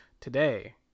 Today